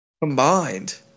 combined